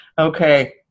Okay